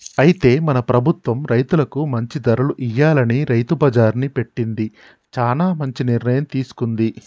అయితే మన ప్రభుత్వం రైతులకు మంచి ధరలు ఇయ్యాలని రైతు బజార్ని పెట్టింది చానా మంచి నిర్ణయం తీసుకుంది